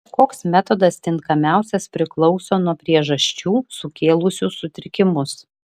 koks metodas tinkamiausias priklauso nuo priežasčių sukėlusių sutrikimus